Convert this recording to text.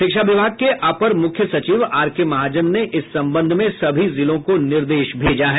शिक्षा विभाग के अपर मुख्य सचिव आर के महाजन ने इस संबंध में सभी जिलों को निर्देश भेज दिया है